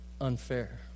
unfair